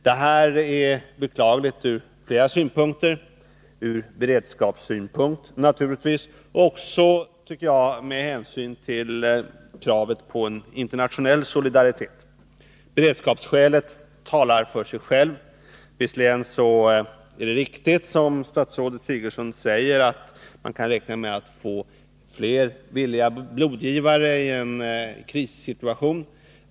Det är beklagligt ur flera synpunkter — naturligtvis ur beredskapssynpunkt men också, tycker jag, med hänsyn till kravet på en internationell solidaritet. Beredskapsskälet talar för sig självt. Visserligen är det riktigt som statsrådet Sigurdsen säger, att vi kan räkna med att få fler villiga blodgivare i en krissituation.